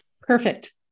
Perfect